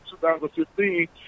2015